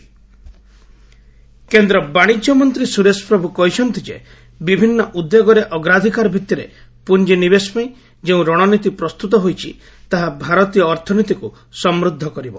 ପ୍ରଭୁ ଇନ୍ଭେଷ୍ଟମେଣ୍ଟ କେନ୍ଦ୍ର ବାଣିଜ୍ୟ ମନ୍ତ୍ରୀ ସୁରେଶ ପ୍ରଭୁ କହିଛନ୍ତି ଯେ ବିଭିନ୍ନ ଉଦ୍ୟୋଗରେ ଅଗ୍ରାଧିକାର ଭିଭିରେ ପୁଞ୍ଜି ନିବେଶ ପାଇଁ ଯେଉଁ ରଣନୀତି ପ୍ରସ୍ତୁତ ହୋଇଛି ତାହା ଭାରତୀୟ ଅର୍ଥନୀତିକୁ ସମୃଦ୍ଧ କରିବ